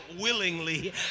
willingly